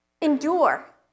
endure